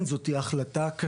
כן, זאת תהיה החלטה קשה,